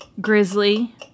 Grizzly